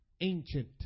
ancient